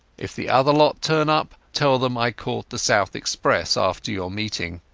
if the other lot turn up, tell them i caught the south express after your meeting